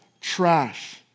trash